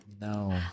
no